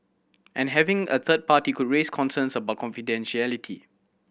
and having a third party could raise concerns about confidentiality